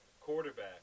quarterback